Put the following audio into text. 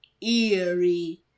Eerie